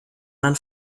man